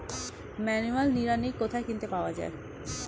Manual নিড়ানি কোথায় কিনতে পাওয়া যায়?